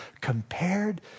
compared